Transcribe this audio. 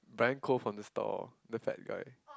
brand call from the store the fat guy